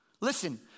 Listen